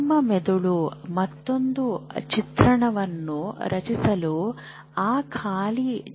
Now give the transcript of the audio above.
ನಿಮ್ಮ ಮೆದುಳು ಮತ್ತೊಂದು ಚಿತ್ರಣವನ್ನು ರಚಿಸಲು ಆ ಖಾಲಿ ಜಾಗವನ್ನು ಬಳಸುತ್ತದೆ